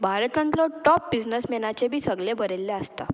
भारतांतलो टॉप बिजनसमॅनाचे बी सगळे बरयल्ले आसता